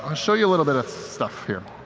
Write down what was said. ah show you a little bit of stuff here.